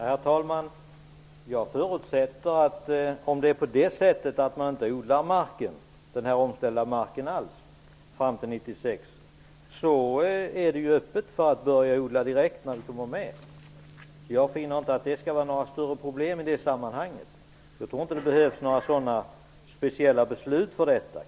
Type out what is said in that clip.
Herr talman! Om man inte har odlat den omställda marken alls fram till 1996, är det öppet att börja odla direkt. Jag finner inte att det skulle vara några större problem i det sammanhanget. Jag tror inte att det behövs några speciella beslut för detta.